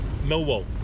Millwall